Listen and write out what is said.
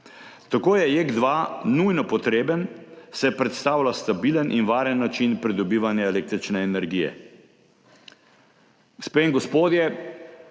Tako je JEK2 nujno potreben, saj predstavlja stabilen in varen način pridobivanja električne energije.